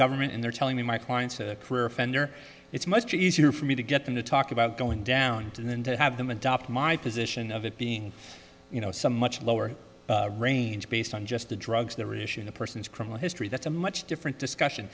government and they're telling me my clients are career offender it's much easier for me to get them to talk about going down and then to have them adopt my position of it being you know some much lower range based on just the drugs that were issued in a person's criminal history that's a much different discussion